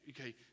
okay